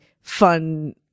fun –